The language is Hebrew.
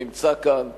שנמצא כאן,